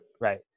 Right